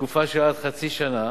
לתקופה של עד חצי שנה,